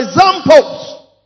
examples